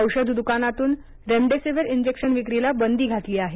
औषध दकानातून remdesivir injection विक्रीला बंदी घातली आहे